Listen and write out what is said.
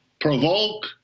provoke